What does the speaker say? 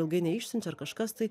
ilgai neišsiunčia ar kažkas tai